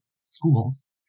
schools